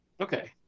Okay